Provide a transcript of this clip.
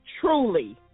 truly